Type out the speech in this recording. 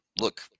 Look